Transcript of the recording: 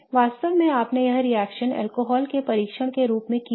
वास्तव में आपने यह रिएक्शन अल्कोहल के परीक्षण के रूप में की होगी